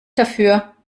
dafür